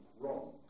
wrong